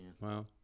Wow